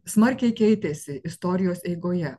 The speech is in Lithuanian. smarkiai keitėsi istorijos eigoje